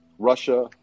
Russia